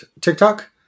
TikTok